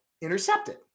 Intercepted